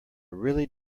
really